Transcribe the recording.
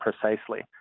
precisely